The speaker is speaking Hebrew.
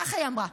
ככה היא אמרה.